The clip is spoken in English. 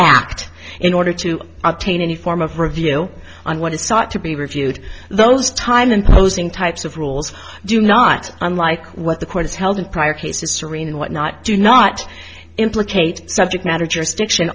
act in order to obtain any form of revealed on what is sought to be reviewed those time imposing types of rules do not unlike what the courts held in prior cases serene and whatnot do not implicate subject matter jurisdiction